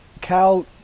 Cal